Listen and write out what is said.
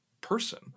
person